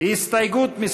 לסעיף 2, לסעיף 2. ההסתייגות (23)